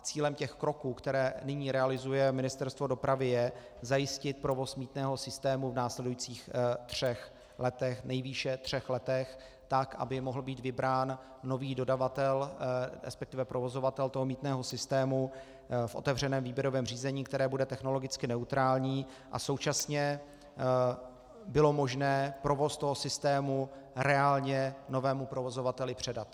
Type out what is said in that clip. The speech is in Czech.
Cílem těch kroků, které nyní realizuje Ministerstvo dopravy, je zajistit provoz mýtného systému v následujících nejvýše třech letech tak, aby mohl být vybrán nový dodavatel, respektive provozovatel toho mýtného systému, v otevřeném výběrovém řízení, které bude technologicky neutrální, a současně bylo možné provoz toho systému reálně novému provozovateli předat.